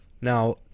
Now